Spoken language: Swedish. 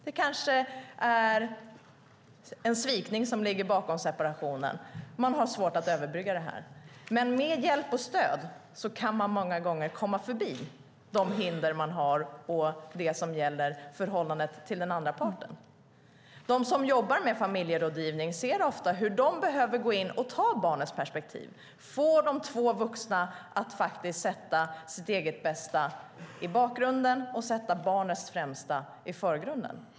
Det kanske är ett svek som ligger bakom separationen som man har svårt att överbrygga. Men med hjälp och stöd kan man många gånger komma förbi de hinder som man finns och det som gäller förhållandet till den andra parten. De som jobbar med familjerådgivning ser ofta hur de behöver gå in och ta barnets perspektiv, få de två vuxna att sätta sitt eget bästa i bakgrunden och sätta barnets främsta i förgrunden.